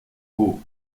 beau